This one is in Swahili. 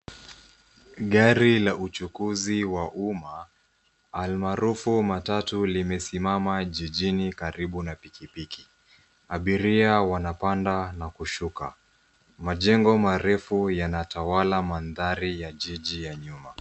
Gari la uchukuzi wa umma almaarufu matatu limesimama jijini karibu na pikipiki. Abiria wanapanda na kushuka. Majengo marefu yanatawala mandhari ya jiji ya nyuma.